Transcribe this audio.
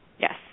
Yes